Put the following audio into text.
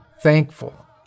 thankful